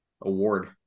award